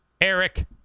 Eric